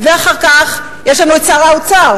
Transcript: אז יש לנו את פקידי משרד האוצר,